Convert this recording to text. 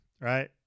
right